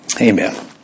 Amen